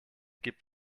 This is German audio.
gibt